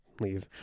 Leave